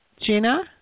Gina